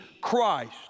Christ